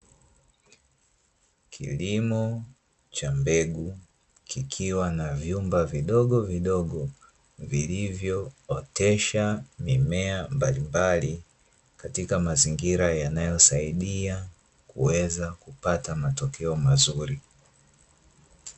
Kilimo cha mbegu, kikiwa na vyumba vidogovidogo, vilivyootesha mimea mbalimbali, katika mazingira yanayosaidia kuweza kupata matokeo mazuri.